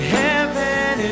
heaven